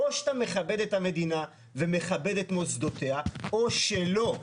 או שאתה מכבד את המדינה ומכבד את מוסדותיה או שלא.